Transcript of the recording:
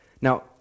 Now